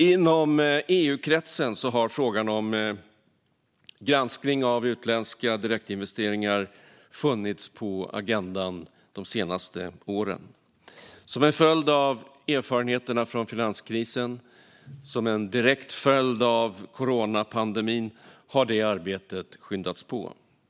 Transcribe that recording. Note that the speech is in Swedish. Inom EU-kretsen har frågan om granskning av utländska direktinvesteringar funnits på agendan de senaste åren. Som en följd av erfarenheterna från finanskrisen och en direkt följd av coronapandemin har det arbetet skyndats på.